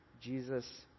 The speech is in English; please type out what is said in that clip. Jesus